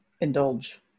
Indulge